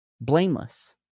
Blameless